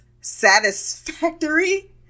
satisfactory